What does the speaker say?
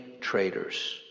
traders